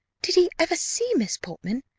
did he ever see miss portman?